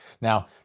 Now